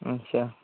अच्छा